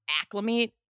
acclimate